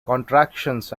contractions